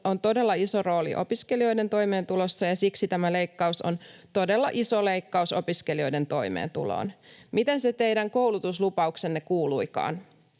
on todella iso rooli opiskelijoiden toimeentulossa, ja siksi tämä leikkaus on todella iso leikkaus opiskelijoiden toimeentuloon. Miten se teidän koulutuslupauksenne kuuluikaan?